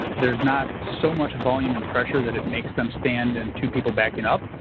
there's not so much volume and pressure that it makes them stand and two people backing up.